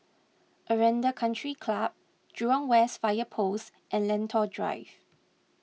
Aranda Country Club Jurong West Fire Post and Lentor Drive